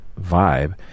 vibe